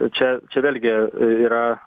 čia čia vėlgi yra